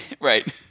Right